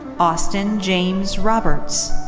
austin james roberts.